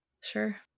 Sure